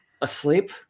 asleep